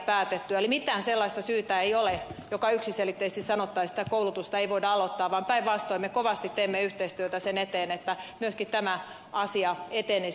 eli mitään sellaista syytä ei ole että yksiselitteisesti sanottaisiin että koulutusta ei voida aloittaa vaan päinvastoin me kovasti teemme yhteistyötä sen eteen että myöskin tämä asia etenisi